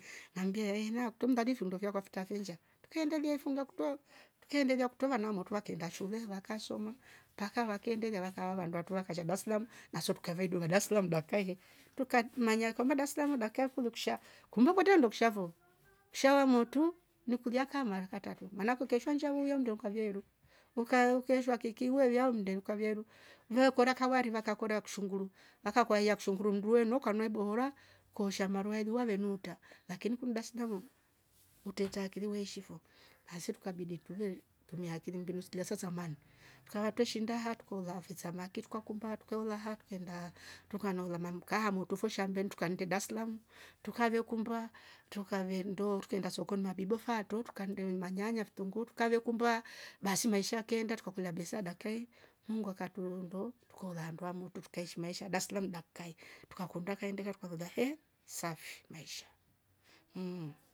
Kwakua ngeshiinda moni ngambia ilimradi finndo fyakwa fitrafe nnshaa, trukeendelia ifunga kutro, trukeendelia kutro vana amotru vakeenda shule vakasoma mpaka vakeendelia vakawa vanduvatwre vakasha daslamu naso truakavedua daslamu dakika hi trukamanya kumbe daslamu kumbe kwetre nndo kishafo, usha wamotru ni kulya kaa mara katratru maanane ukeeshwa nshaa we huya mndu ukavyaa iru, ukeeshwa kiki we yaa oh mndeni kaveru ve kora kavari, wakakora kishunguru wakauaiya kishunguru mndu we nuuka na ibohora koosha maruaili wave nuutra lakini kunudsalamu utretre akili weeshi fo, basii trukabidi tuve trumia akili mbinu silya sa samani tukava twre shiinda haa trukoola fisamaki trukakumba. trukoola mamkaa amotru fo shambeni truannde daslamu trukavekumba, trukavenndo trukeenda sokoni mabibo faatro trukannde manyanya, fitunguu, trukaveekumba baasi maisha yakeenda trukave kolya besa dakikayi mungu akatrunndo trukoola handu hamotru trukeeshi maisha yadaslamu dakikayi trukakunda kaindika trukakolya he safi maisha mmm.